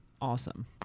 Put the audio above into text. Awesome